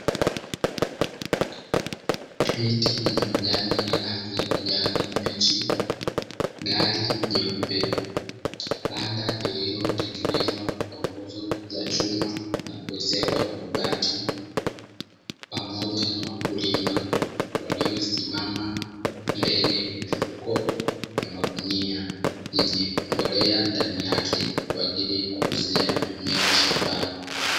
Miti yenye majani ya rangi ya kijani kibichi, gari jeupe, banda lililotengenezwa kwa nguzo za chuma na kuezekwa kwa mabati, pamoja na wakulima waliosimama mbele ya mifuko ya magunia yenye mbolea ndani yake, kwa ajili ya kukuzia mimea shambani.